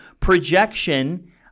projection